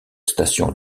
station